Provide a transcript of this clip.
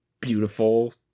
beautiful